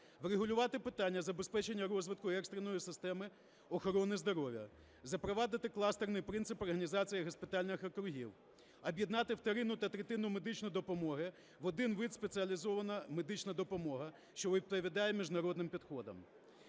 врегулювати питання забезпечення розвитку екстреної системи охорони здоров'я, запровадити кластерний принцип організації госпітальних округів, об'єднати вторинну та третинну медичну допомоги в один вид – спеціалізована медична допомога, що відповідає міжнародним підходам,